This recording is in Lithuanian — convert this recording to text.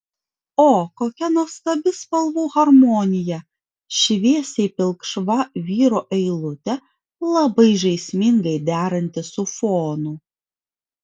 o kokia nuostabi spalvų harmonija šviesiai pilkšva vyro eilutė labai žaismingai deranti su fonu